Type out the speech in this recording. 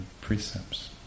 precepts